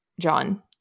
John